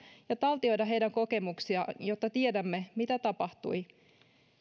ja taltioida heidän kokemuksiaan jotta tiedämme mitä tapahtui